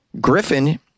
Griffin